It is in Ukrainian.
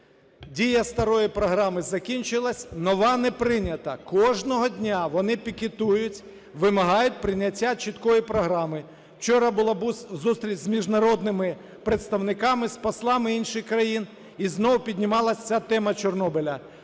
…дія старої програми закінчилась, нова не прийнята. Кожного дня вони пікетують, вимагають прийняття чіткої програми. Вчора була зустріч з міжнародними представниками, з послами інших країн, і знову піднімалася ця тема Чорнобиля.